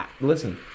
Listen